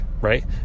Right